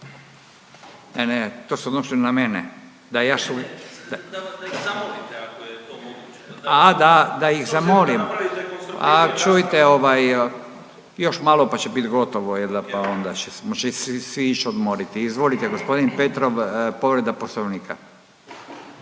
mene, da ja … …/Upadica Restović: Da ih zamolite ako je to moguće./… A da ih zamolim? A čujte još malo pa će bit gotovo, jel' da, pa ćemo se svi ići odmoriti. Izvolite gospodin Petrov, povreda Poslovnika.